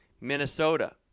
Minnesota